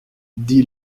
dit